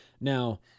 now